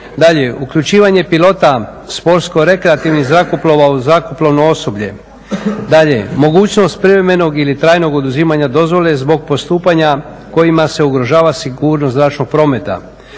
Dalje, uključivanje pilota sportsko rekreativnih zrakoplova uz zrakoplovno osoblje. Dalje, mogućnost privremenog ili trajnog oduzimanja dozvole zbog postupanja kojima se ugrožava sigurnost zračnog prometa,